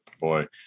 Boy